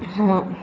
ஆ